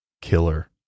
killer